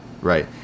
right